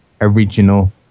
original